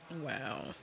Wow